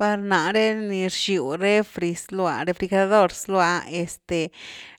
Par nare ni rxiu refri zlua, refrigerador zlua, este